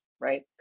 right